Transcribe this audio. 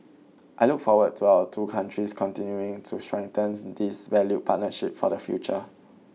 I look forward to our two countries continuing to strengthen this valued partnership for the future